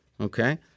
Okay